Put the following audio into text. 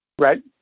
Right